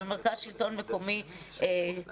אבל מרכז שלטון מקומי כמטה.